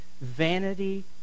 Vanity